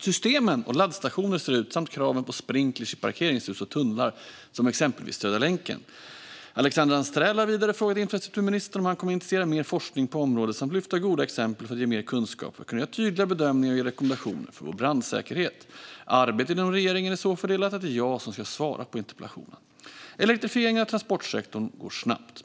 systemen och laddstationerna ska se ut, liksom kraven på sprinkler i parkeringshus och tunnlar som exempelvis Södra länken. Alexandra Anstrell har vidare frågat infrastrukturministern om han kommer att initiera mer forskning på området samt lyfta goda exempel för att ge mer kunskap för att kunna göra tydliga bedömningar och ge rekommendationer för vår brandsäkerhet. Arbetet inom regeringen är så fördelat att det är jag som ska svara på interpellationen. Elektrifieringen av transportsektorn går snabbt.